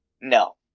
No